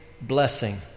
blessing